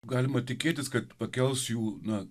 galima tikėtis kad pakels jų na